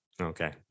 Okay